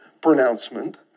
pronouncement